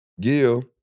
Gil